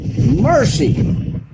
Mercy